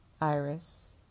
Iris